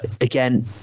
again